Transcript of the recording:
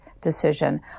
decision